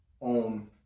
on